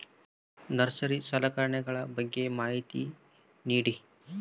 Nursery ಸಲಕರಣೆಗಳ ಬಗ್ಗೆ ಮಾಹಿತಿ ನೇಡಿ?